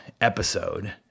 episode